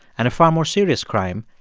and a far more serious crime,